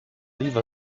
leave